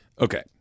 Okay